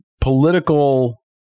political